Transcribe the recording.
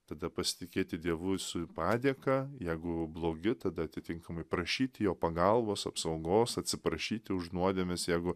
tada pasitikėti dievu su padėka jeigu blogi tada atitinkamai prašyti jo pagalbos apsaugos atsiprašyti už nuodėmes jeigu